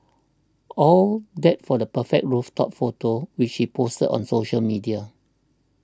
all that for the perfect rooftop photo which he posted on social media